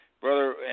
Brother